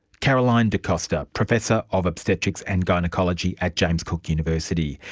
caroline de costa, professor of obstetrics and gynaecology at james cook university.